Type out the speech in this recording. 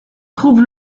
trouve